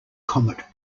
comet